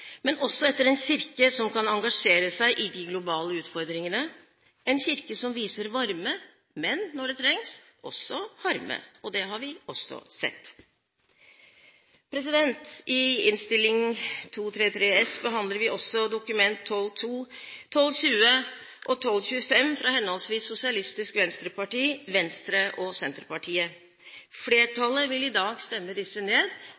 men også en kirke som kan engasjere seg i de globale utfordringene, en kirke som viser varme, men – når det trengs – også harme. Det har vi også sett. I Innst. 233 S behandler vi også Dokument nr. 12:2, 12:20 og 12:25 fra henholdsvis Sosialistisk Venstreparti, Venstre og Senterpartiet. Flertallet vil i dag stemme disse ned